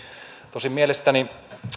tosin mielestäni